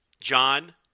John